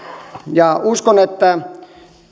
ja uskon että